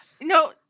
No